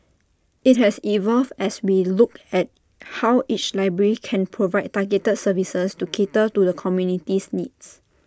IT has evolved as we look at how each library can provide targeted services to cater to the community's needs